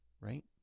right